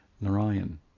Narayan